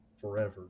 forever